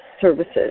services